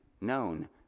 known